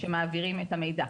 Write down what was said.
שמעבירים את המידע.